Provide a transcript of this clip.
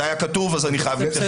זה היה כתוב, אז אני חייב להתייחס.